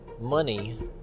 money